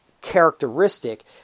characteristic